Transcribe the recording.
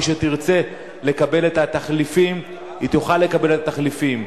מי שתרצה לקבל את התחליפים תוכל לקבל את התחליפים,